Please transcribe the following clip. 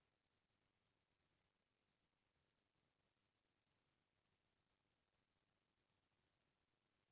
चरिहा के हाथ काम बूता ह पूजा पाठ म घलौ आथे